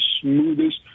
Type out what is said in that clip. smoothest